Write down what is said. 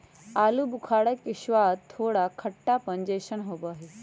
आलू बुखारा के स्वाद थोड़ा खट्टापन जयसन होबा हई